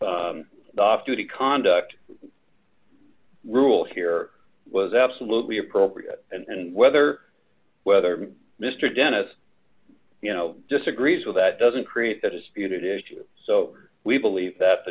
the off duty conduct rule here was absolutely appropriate and whether whether mr dennis you know disagrees with that doesn't create the disputed issue so we believe that the